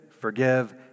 forgive